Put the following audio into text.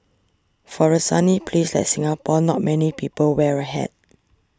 for a sunny place like Singapore not many people wear a hat